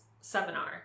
seminar